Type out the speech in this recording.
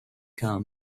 come